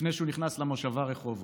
לפני שהוא נכנס למושבה רחובות: